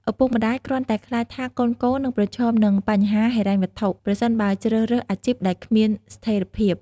ឪពុកម្ដាយគ្រាន់តែខ្លាចថាកូនៗនឹងប្រឈមនឹងបញ្ហាហិរញ្ញវត្ថុ ប្រសិនបើជ្រើសរើសអាជីពដែលគ្មានស្ថេរភាព។